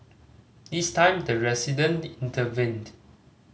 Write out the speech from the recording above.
this time the resident intervened